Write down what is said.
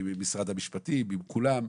עם משרד המשפטים ועם כולם,